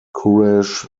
courage